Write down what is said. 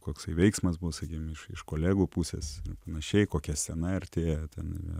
koksai veiksmas bus sakykim iš iš kolegų pusės panašiai kokia scena artėja ten